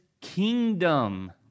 kingdom